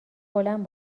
بلند